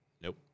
Nope